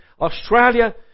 Australia